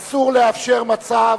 אסור לאפשר מצב